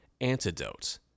antidote